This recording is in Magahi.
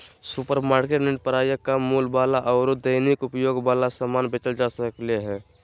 सुपरमार्केट में प्रायः कम मूल्य वाला आरो दैनिक उपयोग वाला समान बेचल जा सक्ले हें